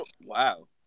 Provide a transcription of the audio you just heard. Wow